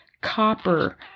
copper